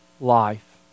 life